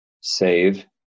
save